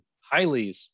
highly